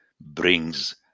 brings